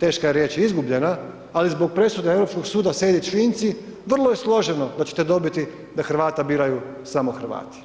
teška riječ izgubljena, ali zbog presude Europskog suda Sejdić-Finci vrlo je složeno da ćete dobiti da Hrvata biraju samo Hrvati.